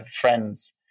friends